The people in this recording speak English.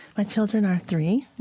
my children are three, and